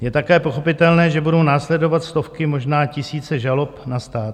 Je také pochopitelné, že budou následovat stovky, možná tisíce žalob na stát.